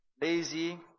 lazy